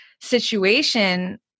situation